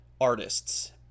artists